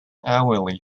hourly